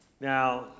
Now